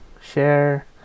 share